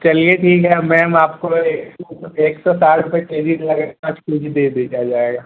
चलिए ठीक है मैम आपको यह एक सौ साठ रुपये के जी लगाकर पाँच के जी दे दिया जाएगा